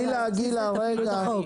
גילה, גילה, רגע.